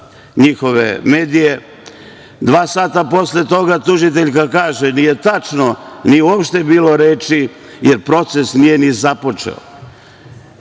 svi mediji, dva sata posle toga, tužiteljka kaže – nije tačno, nije uopšte bilo reči, jer proces nije ni započeo.